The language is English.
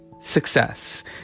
success